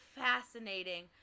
fascinating